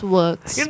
works